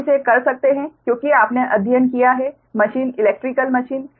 आप इसे कर सकते हैं क्योंकि आपने अध्ययन किया है मशीन इलैक्ट्रिकल मशीन